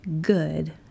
good